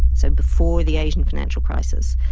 so before the asian financial crisis,